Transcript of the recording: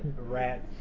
rats